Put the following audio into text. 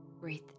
Breathe